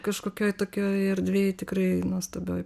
kažkokioj tokioj erdvėj tikrai nuostabioj